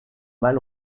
mal